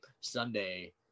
sunday